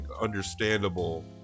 understandable